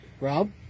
Rob